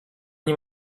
nie